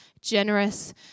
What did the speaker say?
generous